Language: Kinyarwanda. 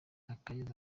akayezu